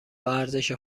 ارزش